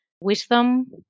wisdom